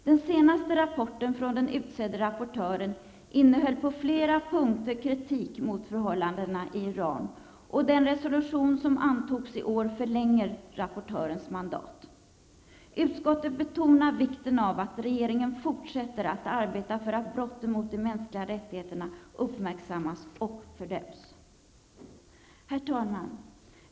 Den senaste rapporten från den utsedde rapportören innehöll på flera punkter kritik mot förhållandena i Iran, och den resolution som antogs i år förlänger rapportörens mandat. Utskottet betonar vikten av att regeringen fortsätter att arbeta för att brotten mot de mänskliga rättigheterna uppmärksammas och fördöms. Herr talman!